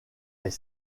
est